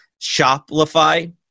Shopify